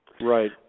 right